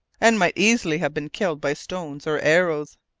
and might easily have been killed by stones or arrows.